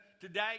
today